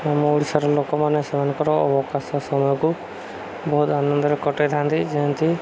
ଆମ ଓଡ଼ିଶାର ଲୋକମାନେ ସେମାନଙ୍କର ଅବକାଶ ସମୟକୁ ବହୁତ ଆନନ୍ଦରେ କଟେଇଥାନ୍ତି ଯେମିତି